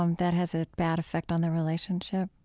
um that has a bad effect on their relationship.